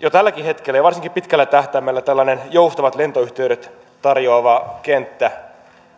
jo tälläkin hetkellä ja varsinkin pitkällä tähtäimellä joustavat lentoyhteydet tarjoava kenttä